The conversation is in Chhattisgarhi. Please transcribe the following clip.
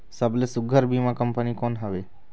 सबले सुघ्घर बीमा कंपनी कोन हवे?